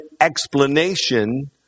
explanation